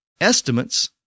Estimates